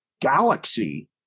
galaxy